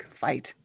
fight